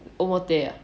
omote ah